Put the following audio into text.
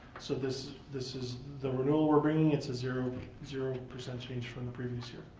so this this is the renewal we're bringing. it's a zero zero percent change from the previous year.